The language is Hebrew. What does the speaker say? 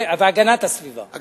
והגנת הסביבה.